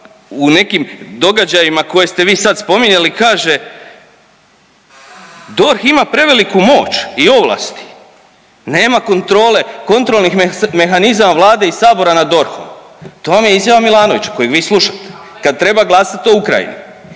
u nekim događajima koje ste vi sad spominjali kaže DORH ima preveliku moć i ovlasti, nema kontrole, kontrolnih mehanizama Vlade i Sabora nad DORH-om, to vam je izjava Milanovića kojeg vi slušate kad treba glasat o Ukrajini.